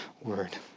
word